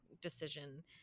decision